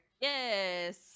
Yes